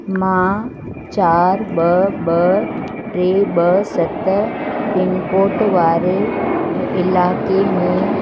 मां चारि ॿ ॿ टे ॿ सत पिनकोड वारे इलाइक़े में